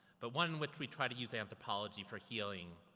but one in which we try to use anthropology for healing.